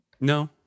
No